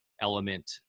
element